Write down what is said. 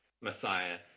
Messiah